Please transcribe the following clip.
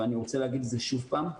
ואני רוצה להגיד את זה שוב פעם,